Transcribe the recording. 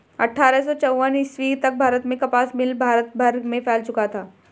अट्ठारह सौ चौवन ईस्वी तक भारत में कपास मिल भारत भर में फैल चुका था